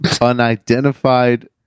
Unidentified